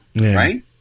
right